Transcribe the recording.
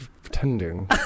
pretending